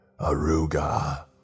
Aruga